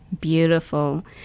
Beautiful